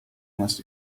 must